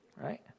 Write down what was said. right